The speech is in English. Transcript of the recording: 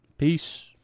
Peace